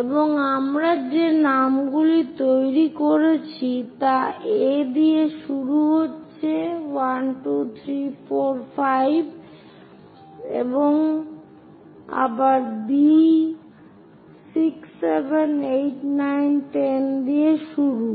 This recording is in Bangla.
এবং আমরা যে নামগুলি তৈরি করছি তা A দিয়ে শুরু হচ্ছে 1 2 3 4 5 এবং আবার B 6 7 8 9 এবং 10 দিয়ে শুরু